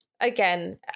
Again